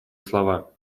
слова